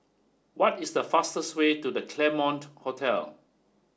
what is the fastest way to the Claremont Hotel